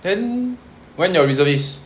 then when your reservists